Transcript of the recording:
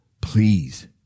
Please